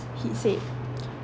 he said